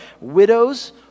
Widows